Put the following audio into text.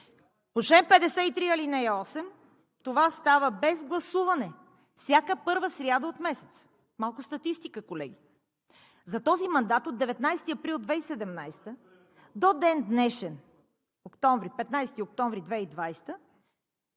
По чл. 53, ал. 8 това става без гласуване всяка първа сряда от месеца! Малко статистика, колеги. За този мандат от 19 април 2017-а до ден днешен – 15 октомври 2020